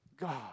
God